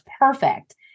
perfect